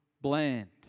bland